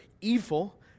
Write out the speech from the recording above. evil